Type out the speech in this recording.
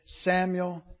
Samuel